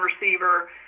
receiver